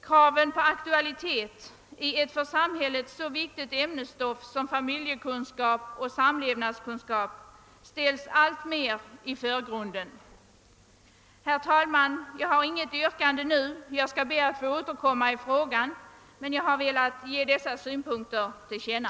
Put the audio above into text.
Kraven på aktualitet i ett för samhället så viktigt ämnesstoff som familjekunskap och samlevnadskunskap ställs alltmer i förgrunden. Herr talman! Jag har inte något yrkande men ber att få återkomma i frågan. Jag har bara nu velat ge dessa synpunkter till känna.